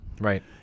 right